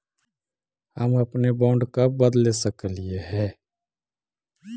हम अपने बॉन्ड कब बदले सकलियई हे